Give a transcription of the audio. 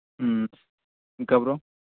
ఇంకా బ్రో